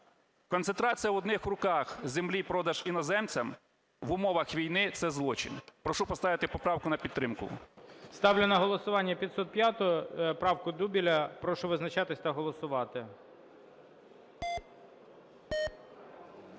Концентрація в одних руках землі і продаж іноземцях в умовах війни – це злочин. Прошу поставити поправку на підтримку. ГОЛОВУЮЧИЙ. Ставлю на голосування 505 правку Дубеля. Прошу визначатись та голосувати.